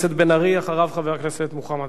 אחריו, חבר הכנסת מוחמד ברכה.